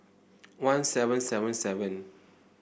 one seven seven seven